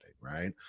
right